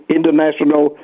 International